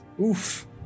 oof